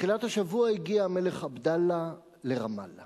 בתחילת השבוע הגיע המלך עבדאללה לרמאללה